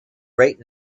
right